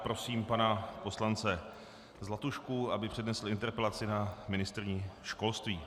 Prosím pana poslance Zlatušku, aby přednesl interpelaci na ministryni školství.